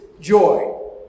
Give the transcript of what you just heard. joy